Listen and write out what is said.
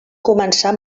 començar